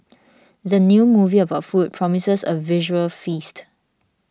the new movie about food promises a visual feast